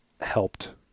helped